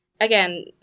again